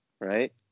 right